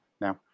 now